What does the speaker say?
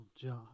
job